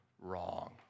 wrong